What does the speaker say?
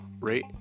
rate